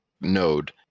node